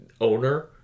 owner